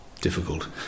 difficult